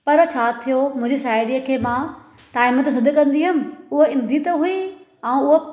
पर छा थियो मुंहिंजी साहेड़ीअ खे मां टाइम ते सॾु कंदी हुयमि उहे ईंदी त हुई ऐं उहो